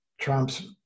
Trump's